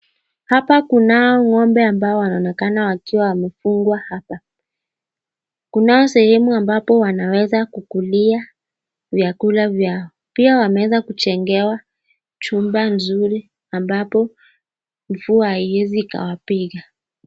Hapa kunao ng'ombe ambao wanaonekana wakiwa wamefungwa hapa. Kunao sehemu ambapo wanaweza kukulia vyakula vyao. Pia wameweza kujengewa chumba nzuri ambapo mvua haiezi ikawapiga.